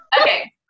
Okay